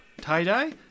Tie-dye